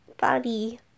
body